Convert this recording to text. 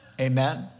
Amen